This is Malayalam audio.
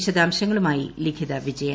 വിശദാംശങ്ങളുമായി ലിഖിത വിജയൻ